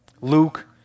Luke